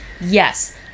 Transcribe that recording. Yes